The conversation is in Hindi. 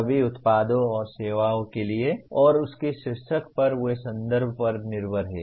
सभी उत्पादों और सेवाओं के लिए और उसके शीर्ष पर वे संदर्भ पर निर्भर हैं